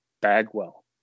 Bagwell